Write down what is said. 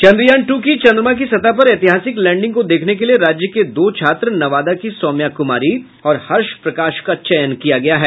Chandrayaan two की चंद्रमा की सतह पर ऐतिहासिक लैंडिंग को देखने के लिए राज्य के दो छात्र नवादा की सौम्या कुमारी और हर्ष प्रकाश का चयन किया गया है